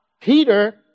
Peter